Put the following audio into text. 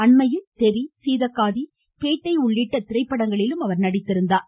அண்மையில் தெறி சீதக்காதி பேட்ட உள்ளிட்ட திரைப்படங்களிலும் அவர் நடித்திருந்தார்